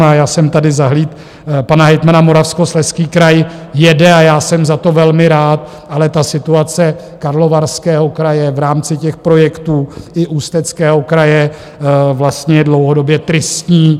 A já jsem tady zahlídl pana hejtmana, Moravskoslezský kraj jede a já jsem za to velmi rád, ale ta situace Karlovarského kraje v rámci těch projektů, i Ústeckého kraje, je vlastně dlouhodobě tristní.